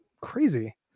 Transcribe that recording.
crazy